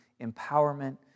empowerment